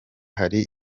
hari